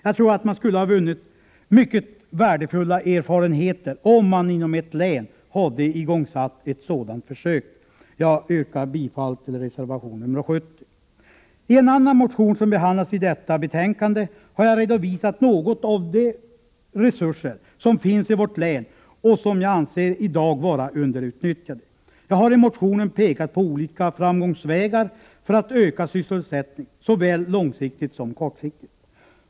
Jag tror att man skulle ha vunnit mycket värdefulla erfarenheter om man inom ett län hade igångsatt ett sådant försök. Jag yrkar bifall till reservation nr 70. I en annan motion, som behandlas i detta betänkande, har jag redovisat något av de resurser som finns i vårt län och som jag anser i dag vara underutnyttjade. Jag har i motionen pekat på olika framgångsvägar för att öka sysselsättningen, såväl långsiktigt som kortsiktigt.